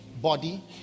body